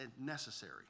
necessary